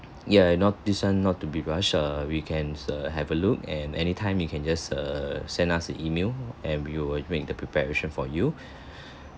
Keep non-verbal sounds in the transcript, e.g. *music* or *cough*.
ya not this one not to be rush uh we can err have a look and anytime you can just err send us an email and we will make the preparation for you *breath*